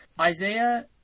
Isaiah